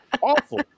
awful